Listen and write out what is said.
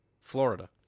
Florida